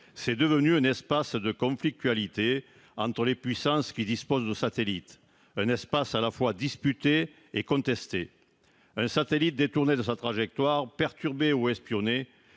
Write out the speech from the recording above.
C'est devenu un espace de conflictualité entre les puissances qui disposent de satellites, un espace à la fois disputé et contesté. Un satellite détourné de sa trajectoire, perturbé ou espionné,